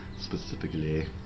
specifically